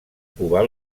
covar